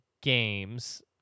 games